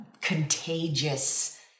contagious